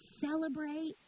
celebrate